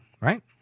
right